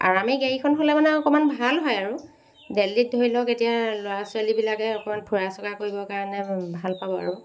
আৰামী গাড়ীখন হ'লে মানে অকণমান ভাল হয় আৰু দেলহিত ধৰি লক এতিয়া ল'ৰা ছোৱালীবিলাকে ফুৰা চকা কৰিবৰ কাৰণে ভাল পাব আৰু